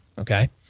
okay